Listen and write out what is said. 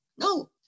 No